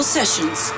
Sessions